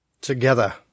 together